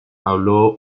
habló